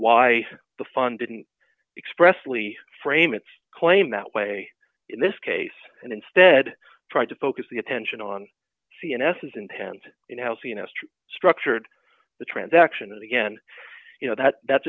why the fund didn't expressly frame its claim that way in this case and instead tried to focus the attention on the n s a s intent structured the transaction and again you know that that